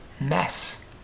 mess